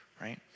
right